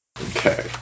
Okay